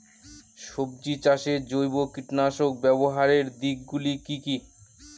সবজি চাষে জৈব কীটনাশক ব্যাবহারের দিক গুলি কি কী?